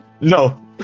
No